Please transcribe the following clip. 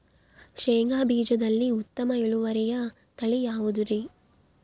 ಶೇಂಗಾ ಬೇಜದಲ್ಲಿ ಉತ್ತಮ ಇಳುವರಿಯ ತಳಿ ಯಾವುದುರಿ?